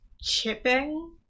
chipping